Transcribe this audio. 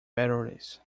batteries